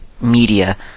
media